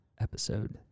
episode